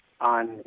on